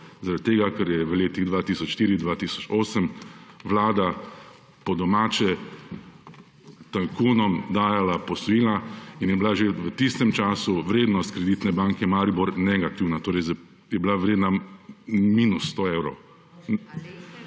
zaradi tega, ker je v letih 2004 – 2008, Vlada po domače tajkunom dajala posojila in je bila že v tistem času vrednost kreditne banke Maribor negativna, torej je bila vredna minus sto evrov